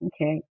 okay